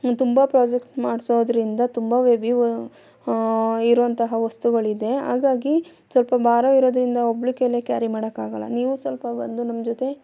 ತುಂಬ ಪಾಸಿಟ್ ಮಾಡಿಸೋದ್ರಿಂದ ತುಂಬ ವ್ಯವೀವ್ ಇರೋವಂತಹ ವಸ್ತುಗಳು ಇದೆ ಹಾಗಾಗಿ ಸ್ವಲ್ಪ ಭಾರ ಇರೋದರಿಂದ ಒಬೂ ಕೈಯ್ಯಲ್ಲೆ ಕ್ಯಾರಿ ಮಾಡೋಕೆ ಆಗಲ್ಲ ನೀವು ಸ್ವಲ್ಪ ಬಂದು ನಮ್ಮ ಜೊತೆ